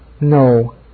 No